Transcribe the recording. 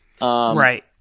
Right